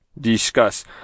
discuss